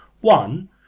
One